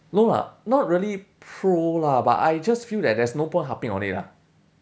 no lah not really pro lah but I just feel that there's no point harping on it lah